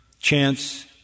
chance